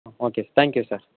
okay thank you sir